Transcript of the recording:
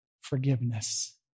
Forgiveness